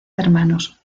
hermanos